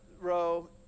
row